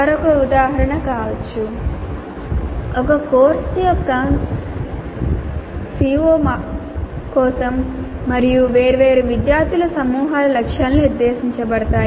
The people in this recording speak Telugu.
మరొక ఉదాహరణ కావచ్చు ఒక కోర్సు యొక్క ప్రతి CO కోసం మరియు వేర్వేరు విద్యార్థుల సమూహాలకు లక్ష్యాలు నిర్దేశించబడతాయి